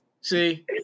See